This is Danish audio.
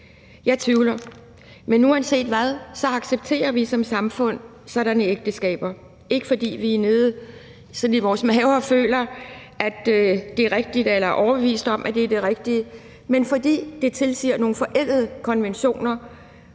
Jeg tvivler. Men uanset hvad accepterer vi som samfund sådanne ægteskaber, ikke fordi vi sådan nede i vores maver føler, at det er rigtigt, eller vi er overbeviste om, at det er det rigtige, men fordi nogle forældede konventioner